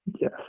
Yes